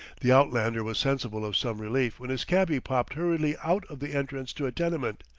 the outlander was sensible of some relief when his cabby popped hurriedly out of the entrance to a tenement,